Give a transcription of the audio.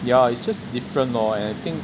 yeah it's just different lor and I think